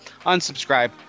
Unsubscribe